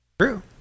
True